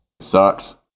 Sucks